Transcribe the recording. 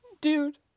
dude